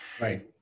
right